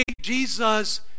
Jesus